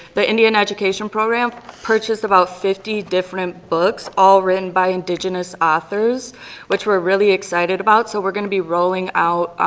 the indian education program purchased about fifty different books, all written by indigenous authors which we're really excited about so we're gonna be rolling out,